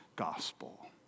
gospel